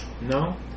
No